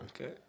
Okay